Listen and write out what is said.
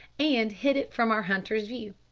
and hid it from our hunters' view.